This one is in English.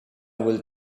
will